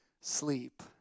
sleep